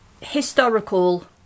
historical